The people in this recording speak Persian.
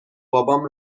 بابام